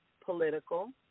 political